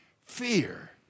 fear